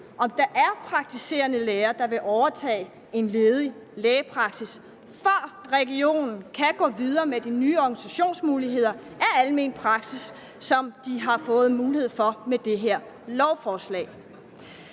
om der er praktiserende læger, der vil overtage en ledig lægepraksis, før regionen kan gå videre med de nye muligheder for organisation af almen praksis, som de har fået med det her lovforslag.